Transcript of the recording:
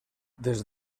des